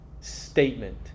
statement